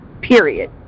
period